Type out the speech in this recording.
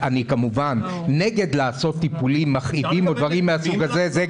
אני כמובן נגד לעשות טיפולים מכאיבים או דברים מן הסוג הזה.